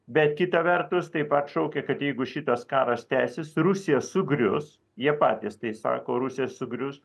bet kita vertus taip pat šaukė kad jeigu šitas karas tęsis rusija sugrius jie patys tai sako rusija sugrius